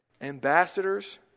ambassadors